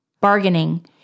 Bargaining